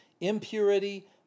impurity